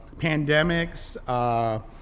pandemics